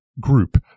group